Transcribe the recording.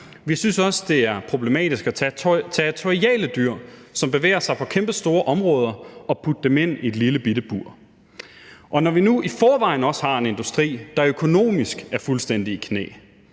Vi synes også, det er problematisk at tage territoriale dyr, som bevæger sig på kæmpestore områder, og putte dem ind i et lillebitte bur. Og når vi nu i forvejen også har en industri, der økonomisk er fuldstændig i knæ,